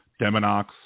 Deminox